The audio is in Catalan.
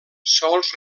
sols